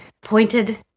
pointed